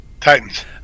Titans